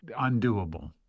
undoable